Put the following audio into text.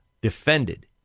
defended